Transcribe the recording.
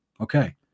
Okay